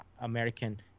American